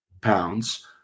pounds